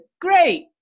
great